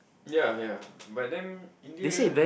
yea yea but then India